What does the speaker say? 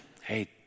Hey